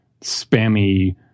spammy